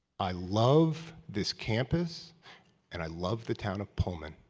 i love this campus and i love the town of pullman.